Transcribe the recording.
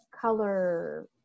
color